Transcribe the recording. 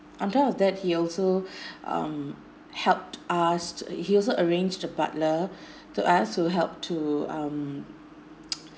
on top of that he also um helped asked he also arranged a butler to us who help to um